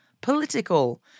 political